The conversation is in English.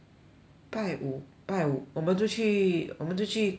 拜五拜五我们出去我们出去 uh